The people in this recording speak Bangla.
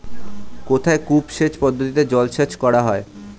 কোথায় কূপ সেচ পদ্ধতিতে জলসেচ করা হয়?